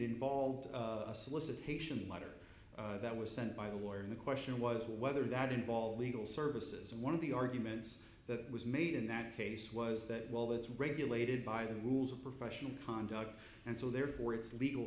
involved a solicitation letter that was sent by a war and the question was whether that involve legal services and one of the arguments that was made in that case was that well that's regulated by the rules of professional conduct and so therefore it's legal